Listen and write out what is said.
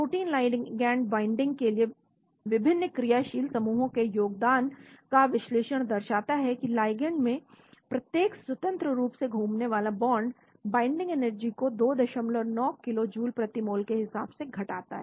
protein ligand binding के लिए विभिन्न क्रियाशील समूहों के योगदान का विश्लेषण दर्शाता है की लिगैंड में प्रत्येक स्वतंत्र रूप से घूमने वाला बॉन्ड बाइंडिंग एनर्जी को 29 किलो जूल प्रति मोल के हिसाब से घटाता है